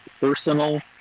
personal